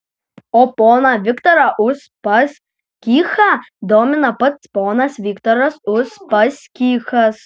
o poną viktorą uspaskichą domina pats ponas viktoras uspaskichas